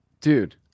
Dude